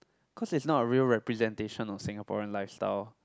cause it's not a real representation of Singaporean lifestyle